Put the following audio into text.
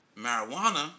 marijuana